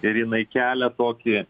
ir jinai kelia tokį